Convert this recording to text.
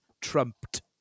trumped